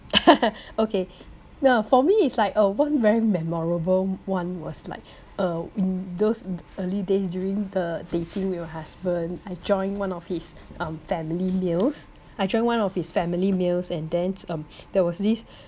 okay no for me it's like uh one very memorable one was like uh in those early days during the dating your husband I joined one of his um family meals I join one of his family meals and then um there was this